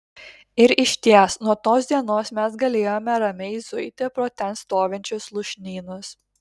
ir išties nuo tos dienos mes galėjome ramiai zuiti pro ten stovinčius lūšnynus